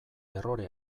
errore